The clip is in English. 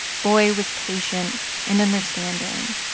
boy was patient and understanding.